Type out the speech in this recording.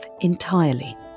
entirely